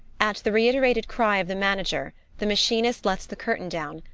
at the reiterated cry of the manager, the ma chinist lets the curtain down,